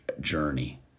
journey